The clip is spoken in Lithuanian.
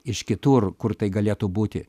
iš kitur kur tai galėtų būti